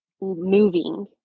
moving